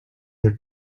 their